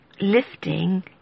lifting